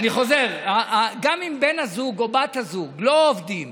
אני חוזר: גם אם בן הזוג או בת הזוג לא עובדים